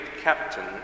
captain